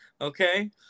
okay